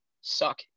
suck